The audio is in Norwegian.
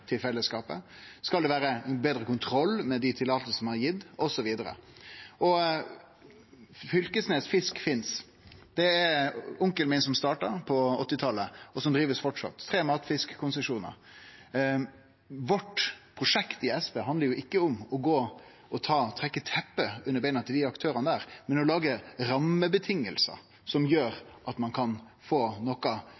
til fellesskapet? Skal det vere betre kontroll med dei tillatingane som er gitt, osv.? Fylkesnes Fisk finst. Det var onkelen min som starta det på 1980-talet, og det blir framleis drive – tre matfiskkonsesjonar. Prosjektet vårt i SV handlar ikkje om å trekkje teppet vekk under beina til dei aktørane, men om å lage rammevilkår som gjer